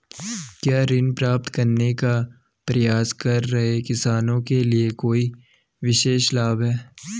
क्या ऋण प्राप्त करने का प्रयास कर रहे किसानों के लिए कोई विशेष लाभ हैं?